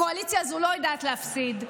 הקואליציה הזו לא יודעת להפסיד,